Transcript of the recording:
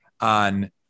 on